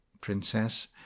princess